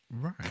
right